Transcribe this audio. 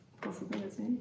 possibility